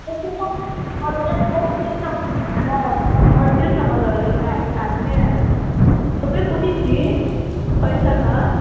बात जनैत होइ हर चीज ने बदलबै पढ़ाइके साथमे ओहे पुछैत छी कैसन हय